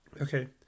Okay